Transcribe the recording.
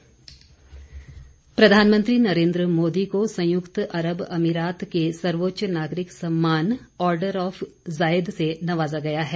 award प्रधानमंत्री नरेन्द्र मोदी को संयुक्त अरब अमिरात के सर्वोच्च नागरिक सम्मान ऑर्डर ऑफ जायद से नवाजा गया है